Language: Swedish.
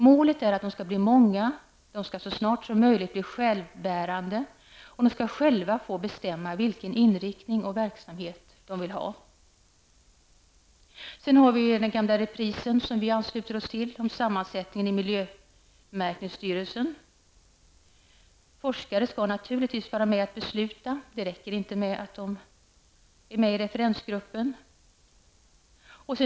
Målet är att de skall bli många, att de så snart som möjligt skall bli självbärande och att de själva skall få bestämma vilken inriktning och verksamhet de skall ha. Miljöpartiet ansluter sig också till den gamla reprisen om sammansättningen i miljömärkningsstyrelsen. Forskare skall naturligtvis också vara med i beslutsprocessen. Det räcker inte att de är med i referensgruppen.